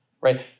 right